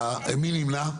מי נמנע?